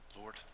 Lord